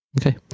Okay